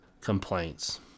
complaints